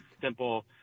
simple